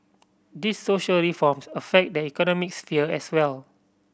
these social reforms affect the economic sphere as well